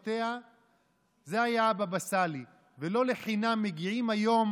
את היד ברגעים האחרונים,